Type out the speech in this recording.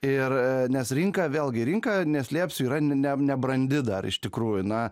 ir nes rinka vėlgi rinka neslėpsiu yra ne nebrandi dar iš tikrųjų na